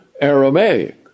Aramaic